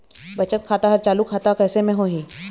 बचत खाता हर चालू खाता कैसे म होही?